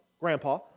grandpa